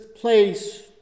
place